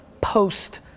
post